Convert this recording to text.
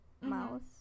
mouse